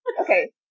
Okay